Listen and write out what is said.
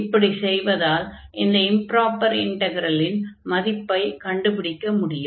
இப்படிச் செய்வதால் இந்த இம்ப்ராப்பர் இன்டக்ரலின் மதிப்பைக் கண்டுபிடிக்க முடியும்